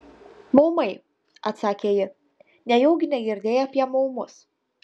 maumai atsakė ji nejaugi negirdėjai apie maumus